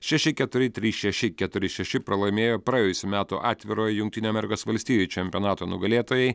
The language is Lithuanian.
šeši keturi trys šeši keturi šeši pralaimėjo praėjusių metų atvirojo jungtinių amerikos valstijų čempionato nugalėtojai